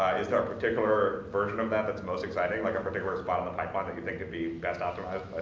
is there a particular version of that that's most exciting, like a particular spot on the pipeline that you think could be best optimized by